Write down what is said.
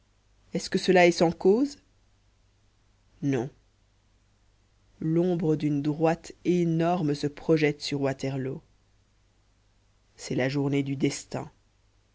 est-ce que cela est sans cause non l'ombre d'une droite énorme se projette sur waterloo c'est la journée du destin